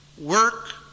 work